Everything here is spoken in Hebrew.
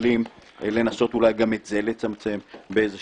איזה ספינים, איזה טריקים.